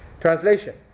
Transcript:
Translation